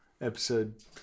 episode